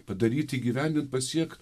padaryt įgyvendint pasiekt